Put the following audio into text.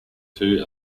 two